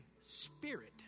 spirit